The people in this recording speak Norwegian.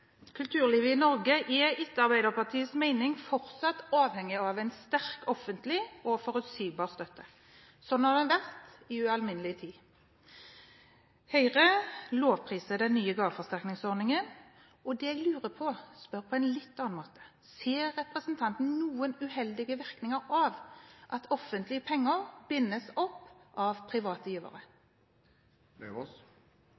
Kulturlivet i Norge er etter Arbeiderpartiets mening fortsatt avhengig av en sterk offentlig og forutsigbar støtte. Sånn har det vært i ualminnelig lang tid. Høyre lovpriser den nye gaveforsterkningsordningen. Det jeg lurer på – jeg spør på en litt annen måte – er: Ser representanten Eidem Løvaas noen uheldige virkninger av at offentlige penger bindes opp av private